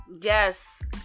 Yes